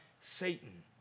Satan